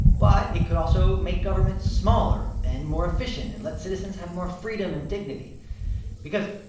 but it could also make government smaller and more efficient and let citizens have more freedom and dignity because,